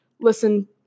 listen